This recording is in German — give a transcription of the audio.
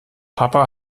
papa